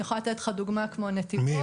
אני יכול לתת לדוגמה את נתיבות ואשקלון.